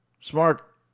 smart